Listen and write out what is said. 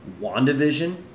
WandaVision